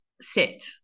sit